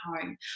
home